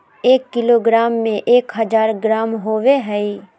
एक किलोग्राम में एक हजार ग्राम होबो हइ